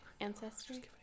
Ancestry